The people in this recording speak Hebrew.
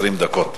20 דקות.